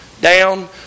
down